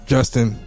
Justin